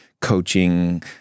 coaching